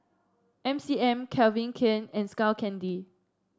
M C M Calvin Klein and Skull Candy